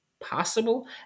possible